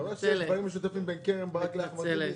אתה רואה שיש דברים משותפים בין קרן ברק לאחמד טיבי?